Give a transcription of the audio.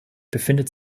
befindet